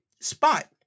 spot